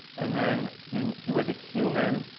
and then he he was a human.